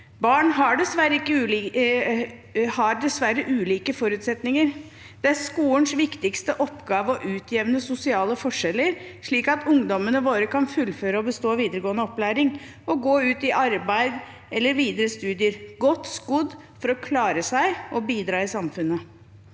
Barn har dessverre ulike forutsetninger. Det er skolens viktigste oppgave å utjevne sosiale forskjeller, slik at ungdommene våre kan fullføre og bestå videregående opplæring og gå ut i arbeid eller i videre studier, godt skodd for å klare seg og bidra i samfunnet.